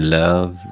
love